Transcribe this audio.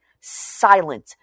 silent